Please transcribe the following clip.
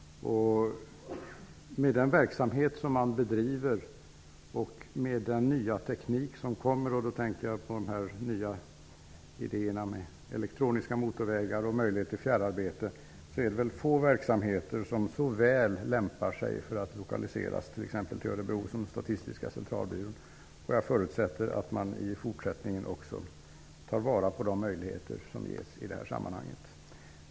Med tanke på den verksamhet man bedriver och den nya teknik som kommer -- jag tänker på elektroniska motorvägar och möjlighet till fjärrarbete -- kan jag säga att det är få verksamheter som så väl lämpar sig för att lokaliseras till t.ex. Örebro som Statistiska centralbyråns. Jag förutsätter att man också i fortsättningen tar vara på de möjligheter som ges i detta sammanhang.